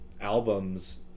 albums